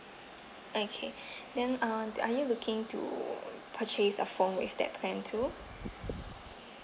okay then uh are you looking to purchase a phone with that plan too